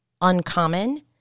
uncommon